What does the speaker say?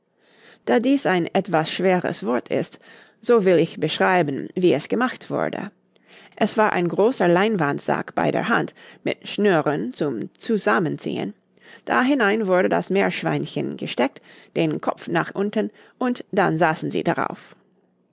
da dies ein etwas schweres wort ist so will ich beschreiben wie es gemacht wurde es war ein großer leinwandsack bei der hand mit schnüren zum zusammenziehen da hinein wurde das meerschweinchen gesteckt den kopf nach unten und dann saßen sie darauf